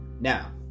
Now